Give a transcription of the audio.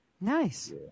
Nice